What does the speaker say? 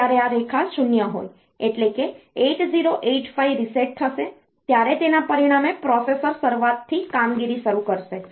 જ્યારે આ રેખા 0 હોય એટલે કે 8085 રીસેટ થશે ત્યારે તેના પરિણામે પ્રોસેસર શરૂઆતથી કામગીરી શરૂ કરશે